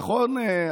נכון,